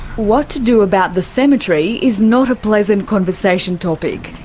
what to do about the cemetery is not a pleasant conversation topic.